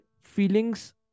feelings